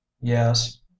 Yes